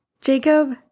Jacob